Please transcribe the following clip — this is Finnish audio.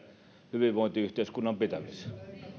hyvinvointiyhteiskunnan pitämiseen